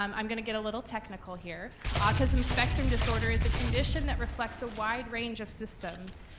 um i'm gonna get a little technical here. autism spectrum disorder is a condition that reflects a wide range of systems.